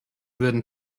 würden